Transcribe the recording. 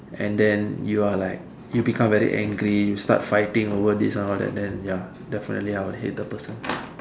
and then you are like you become very angry start fighting over this and all that then ya definitely I will hate the person